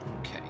Okay